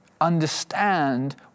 understand